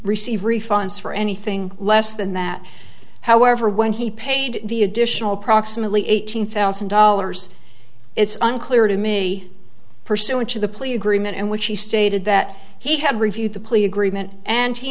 receive refunds for anything less than that however when he paid the additional approximately eight hundred thousand dollars it's unclear to me pursuant to the plea agreement in which he stated that he had reviewed the plea agreement and he